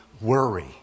worry